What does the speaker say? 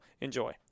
enjoy